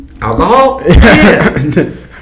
Alcohol